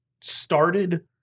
started